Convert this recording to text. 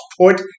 put